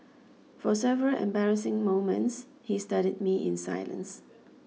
for several embarrassing moments he studied me in silence